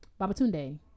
Babatunde